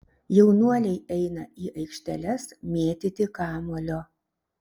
jaunuoliai eina į aikšteles mėtyti kamuolio